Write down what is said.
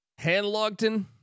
Hanlogton